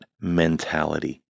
mentality